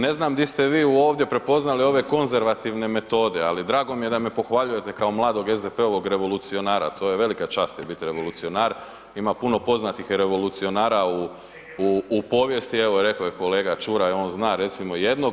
Ne znam di ste vi ovdje prepoznali ove konzervativne metode ali drago mi je da me pohvaljujete kao mladog SDP-ovog revolucionara, to je velika čast, biti revolucionar, ima puno poznati revolucionara u povijesti, evo rekao je kolega Čuraj, on zna recimo jednog.